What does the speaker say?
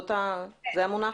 זה המונח?